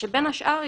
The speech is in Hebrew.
שבין השאר,